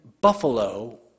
Buffalo